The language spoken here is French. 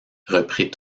reprit